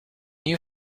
you